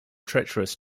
treacherous